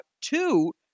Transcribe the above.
two